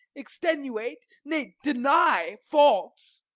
extenuate, nay, deny faults,